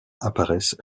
apparaissent